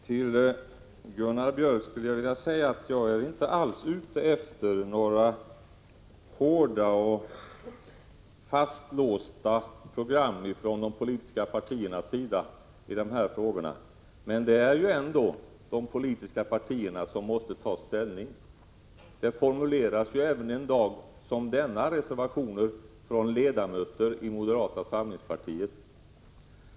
Fru talman! Till Gunnar Biörck i Värmdö skulle jag vilja säga: Jag är inte alls ute efter några hårda och fastlåsta program från de politiska partiernas sida i de här frågorna. Men det är ändå de politiska partierna som måste ta ställning. Det formuleras ju även en dag som denna reservationer från ledamöter i moderata samlingspartiet.